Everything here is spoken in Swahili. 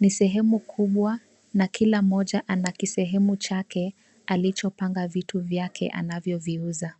Ni sehemu kubwa na kila mmoja ana kisehemu chake alichopanga vitu vyake anavyoviuza.